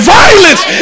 violence